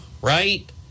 right